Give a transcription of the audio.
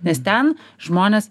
nes ten žmonės